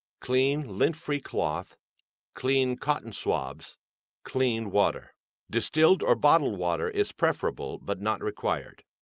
clean, lint-free cloth clean cotton swabs clean water distilled or bottled water is preferable but not required.